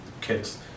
Kids